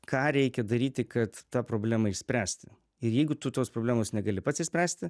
ką reikia daryti kad tą problemą išspręsti ir jeigu tu tos problemos negali pats išspręsti